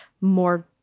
more